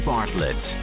Bartlett